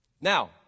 Now